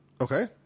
Okay